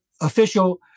official